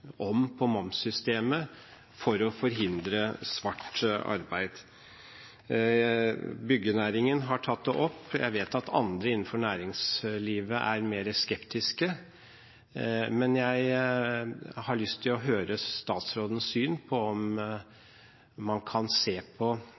Byggenæringen har tatt det opp. Jeg vet at andre innenfor næringslivet er mer skeptisk. Jeg har lyst til å høre statsrådens syn på